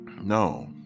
no